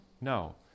No